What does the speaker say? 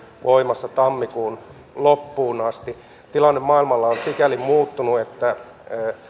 voimassa tammikuun loppuun asti tilanne maailmalla on sikäli muuttunut että